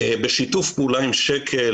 בשיתוף פעולה עם שק"ל.